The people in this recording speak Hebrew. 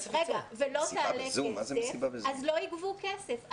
אם המסיבה לא תעלה כסף, לא יגבו כסף.